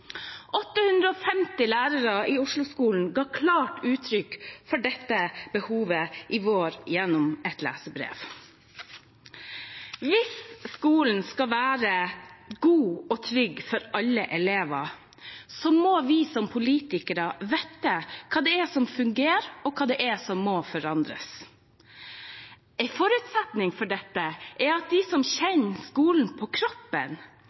850 lærere i Osloskolen ga klart uttrykk for dette behovet i vår gjennom et leserbrev. Hvis skolen skal være god og trygg for alle elever, må vi som politikere vite hva som fungerer, og hva som må forandres. En forutsetning for dette er at de som kjenner skolen på kroppen